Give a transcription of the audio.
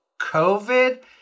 COVID